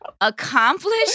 accomplished